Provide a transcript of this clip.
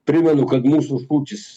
primenu kad mūsų šūkis